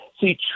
see